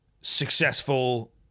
successful